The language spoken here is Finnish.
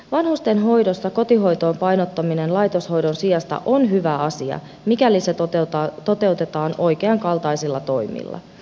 vanhustenhoidossa kotihoitoon painottaminen laitoshoidon sijasta on hyvä asia mikäli se toteutetaan oikeankaltaisilla toimilla